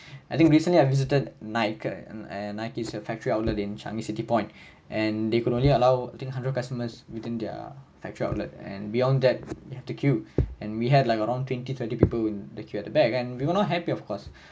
I think recently I visited nike and nike factory outlet in changi city point and they could only allow I think hundred customers within their factory outlet and beyond that you have to queue and we had like around twenty twenty people in the queue at the back and we were not happy of course